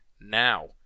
now